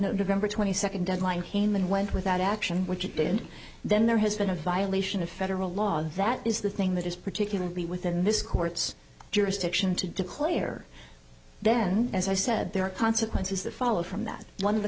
november twenty second deadline came and went without action which it did then there has been a violation of federal law that is the thing that is particularly within this court's jurisdiction to declare then as i said there are consequences that follow from that one of the